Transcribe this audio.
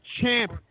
champ